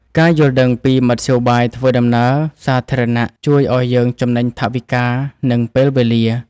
ការយល់ដឹងពីមធ្យោបាយធ្វើដំណើរសាធារណៈ ជួយឱ្យយើងចំណេញថវិកា និងពេលវេលា។